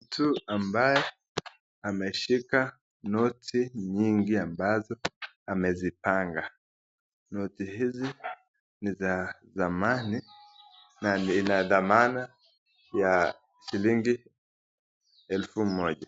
Mtu ambaye ameshika noti nyingi ambazo amezipanga. Noti hizi ni za zamani na ina dhamana ya shilingi elfu moja.